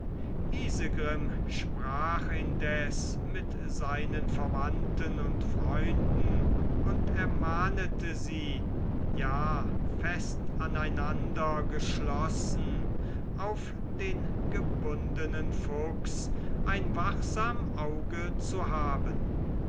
isegrim sprach indes mit seinen verwandten und freunden und ermahnete sie ja fest aneinander geschlossen auf den gebundenen fuchs ein wachsam auge zu haben